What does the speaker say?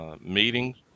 meetings